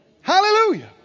Hallelujah